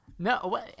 No